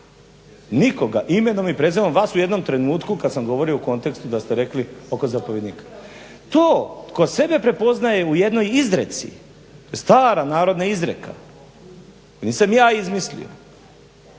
nikoga imenom i prezimenom, vas u jednom trenutku kad sam govorio u kontekstu da ste rekli oko zapovjednika. Tko to sebe prepoznaje u jednoj izreci stara narodna izreka, nisam je ja izmislio,